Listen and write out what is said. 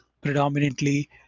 predominantly